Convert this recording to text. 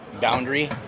boundary